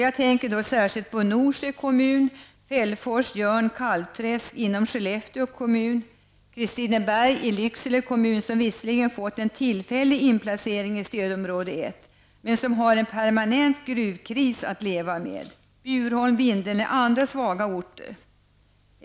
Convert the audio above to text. Jag tänker då särskilt på Norsjö kommun, Fällfors, Jörn, Kalvträsk inom Skellefteå kommun och Kristineberg i Lycksele kommun, som visserligen fått en tillfällig inplacering i stödområde 1 men som har en permanent gruvkris att leva med. Bjurholm och Vindeln är andra svaga orter.